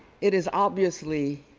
it is obviously